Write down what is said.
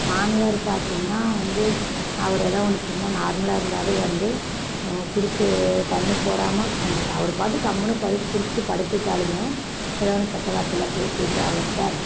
மாமியார் பார்த்திங்கன்னா வந்து அவர் ஏதா ஒன்று சும்மா நார்மலாக இருந்தாலே வந்து புடுச்சு தண்ணி போடாமல் கொஞ்சம் அவரு பாட்டுக்கு கம்முன்னு குடிச்சுட்டு படுத்துட்டாலும் ஏதோ ஒன்று கெட்ட வார்த்தையில் பேசிவிட்டு அவர்கிட்ட